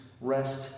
rest